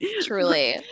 truly